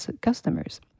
customers